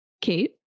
Kate